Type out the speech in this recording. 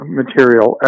material